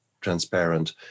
transparent